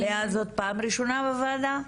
ליה, זאת פעם ראשונה בוועדה?